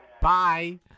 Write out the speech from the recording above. Bye